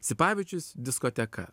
sipavičius diskoteka